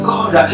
God